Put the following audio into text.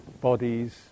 bodies